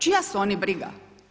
Čija su oni briga?